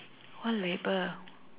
what label